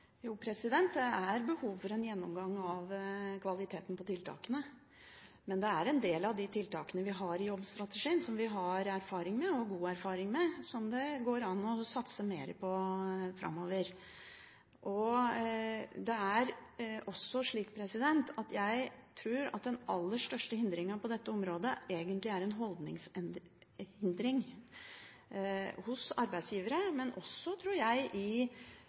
men det er en del av de tiltakene vi har i jobbstrategien som vi har god erfaring med, og som det går an å satse mer på framover. Jeg tror også at den aller største hindringa på dette området egentlig er en holdningshindring hos arbeidsgivere, men også, tror jeg, bl.a. i